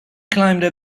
climbed